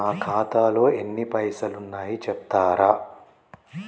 నా ఖాతాలో ఎన్ని పైసలు ఉన్నాయి చెప్తరా?